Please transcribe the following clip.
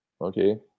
okay